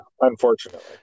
unfortunately